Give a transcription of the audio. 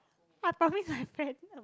what I promise my friend